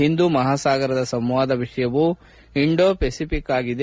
ಹಿಂದೂ ಮಹಾಸಾಗರದ ಸಂವಾದದ ವಿಷಯವು ಇಂಡೋ ಪೆಸಿಫಿಕ್ ಆಗಿದೆ